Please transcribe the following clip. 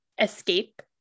escape